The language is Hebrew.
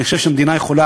אני חושב שהמדינה יכולה,